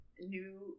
new